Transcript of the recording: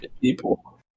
people